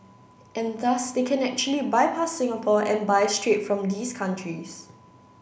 and thus they can actually bypass Singapore and buy straight from these countries